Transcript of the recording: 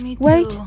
Wait